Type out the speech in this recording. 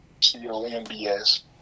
C-O-M-B-S